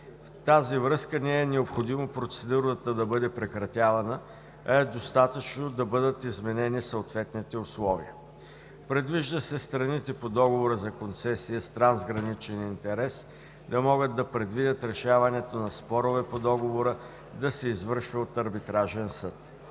В тази връзка не е необходимо процедурата да бъде прекратявана, а е достатъчно да бъдат изменени съответните условия. Предвижда се страните по договор за концесия с трансграничен интерес да могат да предвидят решаването на спорове по договора да се извършва от арбитражен съд.